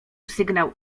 sygnał